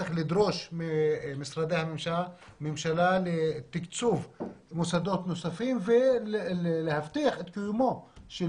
צריך לדרוש ממשרדי הממשלה תקצוב מוסדות נוספים ולהבטיח את קיומו של